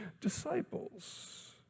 disciples